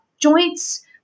joints